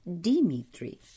Dimitri